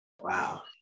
Wow